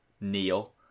Neil